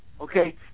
okay